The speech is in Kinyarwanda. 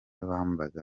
bambaga